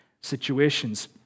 situations